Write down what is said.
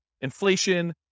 inflation